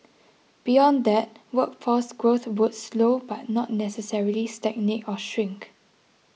beyond that workforce growth would slow but not necessarily stagnate or shrink